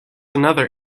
another